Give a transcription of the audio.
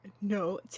No